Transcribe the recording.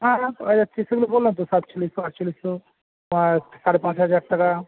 হ্যাঁ পাওয়া যাচ্ছে সেগুলো বললাম তো সাতচল্লিশশো আটচল্লিশশো সাড়ে পাঁচ হাজার টাকা